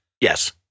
Yes